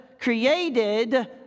created